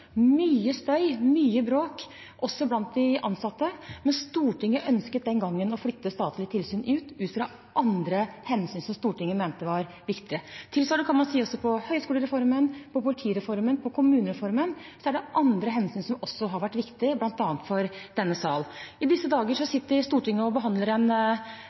mye støy, mye bråk, også blant de ansatte. Stortinget ønsket den gangen å flytte ut statlige tilsyn ut fra hensyn som Stortinget mente var viktige. Tilsvarende kan man si også om høyskolereformen, politireformen og kommunereformen. Der er det også andre hensyn som har vært viktige, bl.a. for denne sal. I disse dager sitter Stortinget og behandler en